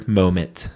moment